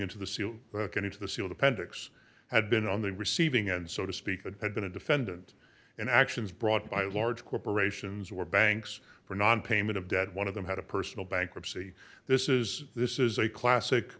into the sea and into the sealed appendix had been on the receiving end so to speak and had been a defendant in actions brought by large corporations or banks for nonpayment of dead one of them had a personal bankruptcy this is this is a classic